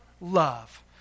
love